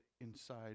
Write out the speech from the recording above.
inside